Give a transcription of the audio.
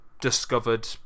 discovered